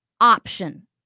option